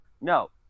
No